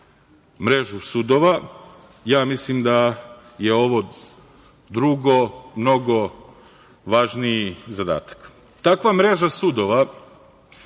mrežu sudova. Ja mislim da je ovo drugo mnogo važniji zadatak. Takva mreža sudova